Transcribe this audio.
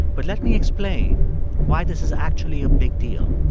but let me explain why this is actually a big deal.